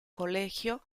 colegio